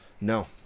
No